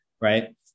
Right